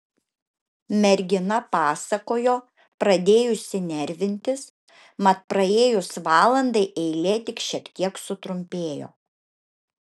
mergina pasakojo pradėjusi nervintis mat praėjus valandai eilė tik šiek tiek sutrumpėjo